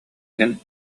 иһин